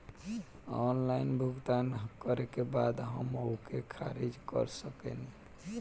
Online भुगतान करे के बाद हम ओके खारिज कर सकेनि?